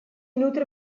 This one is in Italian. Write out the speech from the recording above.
nutre